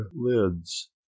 lids